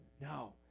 No